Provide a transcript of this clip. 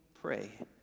pray